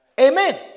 Amen